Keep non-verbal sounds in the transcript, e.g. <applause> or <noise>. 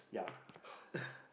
yeah <breath>